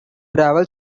travel